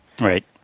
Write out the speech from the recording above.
Right